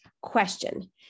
question